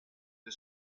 the